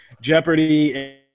Jeopardy